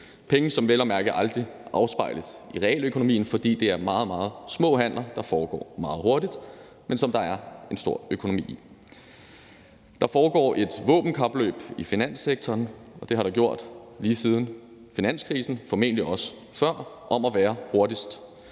penge, som vel at mærke aldrig afspejles i realøkonomien, fordi det er meget, meget små handler, der foregår meget hurtigt, men som der er en stor økonomi i. Der foregår et våbenkapløb i finanssektoren, og det har der gjort lige siden finanskrisen, formentlig også før, om at være hurtigst.